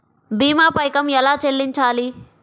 భీమా పైకం ఎలా చెల్లించాలి?